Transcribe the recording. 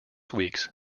weeks